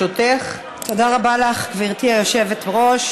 תודה רבה לך, גברתי היושבת-ראש.